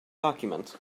document